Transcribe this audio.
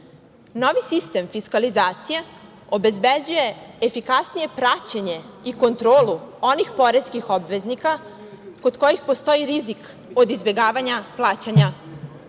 sistem fiskalizacije obezbeđuje efikasnije praćenje i kontrolu onih poreskih obveznika kod kojih postoji rizik od izbegavanja plaćanja